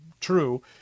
true